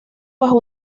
bajo